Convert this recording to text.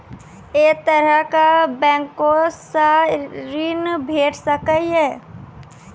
ऐ तरहक बैंकोसऽ ॠण भेट सकै ये?